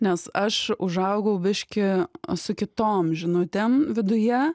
nes aš užaugau biški su kitom žinutėm viduje